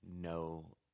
no